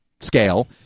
scale